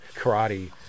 karate